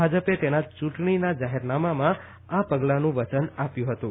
ભાજપે તેના ચુંટણીના જાહેરનામામાં આ પગલાંનું વચન આપ્યું હતું